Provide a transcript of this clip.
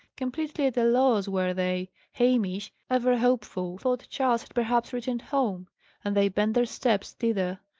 completely at a loss were they. hamish, ever hopeful, thought charles perhaps returned home and they bent their steps thither.